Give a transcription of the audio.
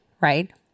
right